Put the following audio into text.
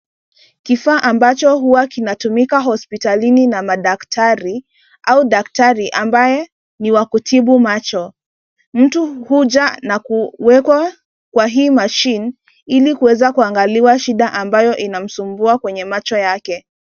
Kifaa ambacho huwa kinatumika hosptalini na madaktari au daktari ambaye ni wa kutibu macho. Mtu huja na kuwekwa kwa hii machine ili kuweza kuangaliwa shida ambayo inamsumbua kwenye macho yake.